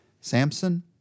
Samson